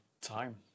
time